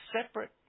separate